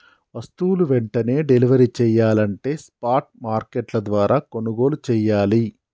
వస్తువులు వెంటనే డెలివరీ చెయ్యాలంటే స్పాట్ మార్కెట్ల ద్వారా కొనుగోలు చెయ్యాలే